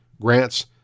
grants